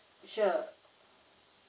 sure